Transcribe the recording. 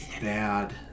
bad